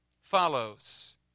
follows